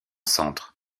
centre